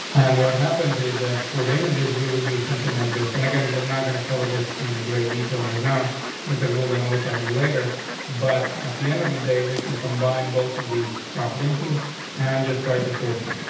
and what happens is that what images we would use something like this and again, we're not going to cover this in great detail right now because we're gonna look at it later. but at the end of the day, we can combine both of these properties here on and just right, the shorthand.